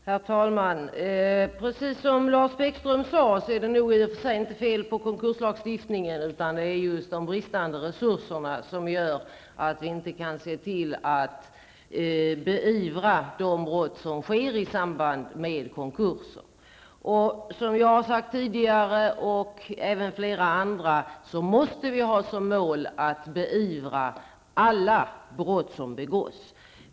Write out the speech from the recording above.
Herr talman! Precis som Lars Bäckström sade är det nog i och för sig inte fel på konkurslagstiftningen, utan det är just de bristande resurserna som gör att vi inte kan se till att beivra de brott som sker i samband med konkurser. Som jag och även andra tidigare har sagt måste vi ha som mål att beivra alla brott som begås.